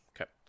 Okay